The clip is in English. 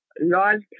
large